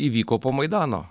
įvyko po maidano